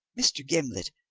mr. gimblet,